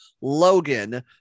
Logan